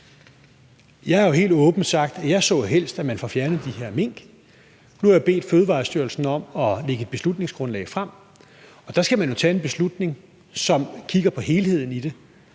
Jeg har jo helt åbent sagt, at jeg helst så, at man får fjernet de her mink. Nu har jeg bedt Fødevarestyrelsen om at lægge et beslutningsgrundlag frem. Der skal man jo tage en beslutning, som kigger på helheden i det.